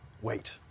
wait